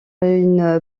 une